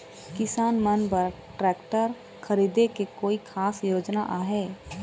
किसान मन बर ट्रैक्टर खरीदे के कोई खास योजना आहे?